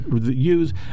use